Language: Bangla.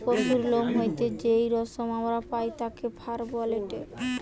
পশুর লোম হইতে যেই রেশম আমরা পাই তাকে ফার বলেটে